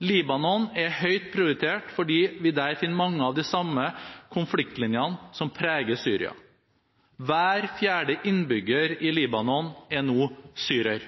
Libanon er høyt prioritert fordi vi der finner mange av de samme konfliktlinjene som preger Syria. Hver fjerde innbygger i Libanon er nå syrer.